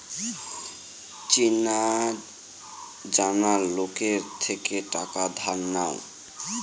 চেনা জানা লোকের থেকে টাকা ধার নিও